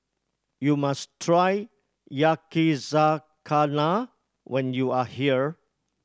you must try Yakizakana when you are here